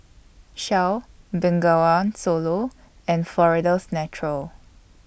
Shell Bengawan Solo and Florida's Natural